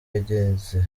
yageze